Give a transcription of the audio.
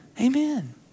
amen